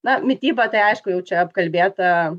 na mityba tai aišku jau čia apkalbėta